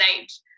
age